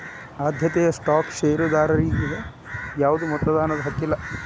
ಆದ್ಯತೆಯ ಸ್ಟಾಕ್ ಷೇರದಾರರಿಗಿ ಯಾವ್ದು ಮತದಾನದ ಹಕ್ಕಿಲ್ಲ